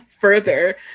further